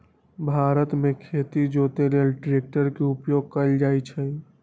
भारत मे खेती जोते लेल ट्रैक्टर के उपयोग कएल जाइ छइ